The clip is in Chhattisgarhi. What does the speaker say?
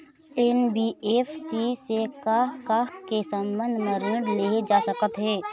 एन.बी.एफ.सी से का का के संबंध म ऋण लेहे जा सकत हे?